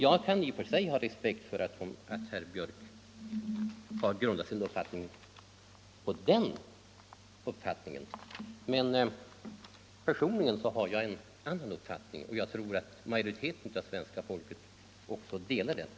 Jag kan i och för sig ha respekt för att herr Björck har grundat sin mening på den uppfattningen, men personligen har jag en annan uppfattning, och jag tror också att majoriteten av svenska folket delar den uppfattningen.